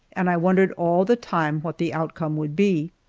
and i wondered all the time what the outcome would be.